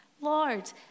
Lord